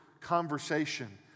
conversation